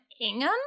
Ingham